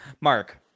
Mark